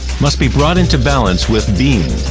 must be brought into balance with being.